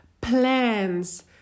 plans